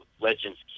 Legends